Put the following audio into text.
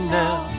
now